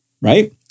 Right